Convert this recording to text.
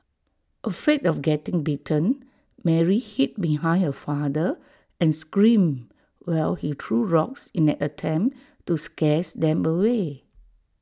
afraid of getting bitten Mary hid behind her father and screamed while he threw rocks in an attempt to scares them away